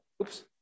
Oops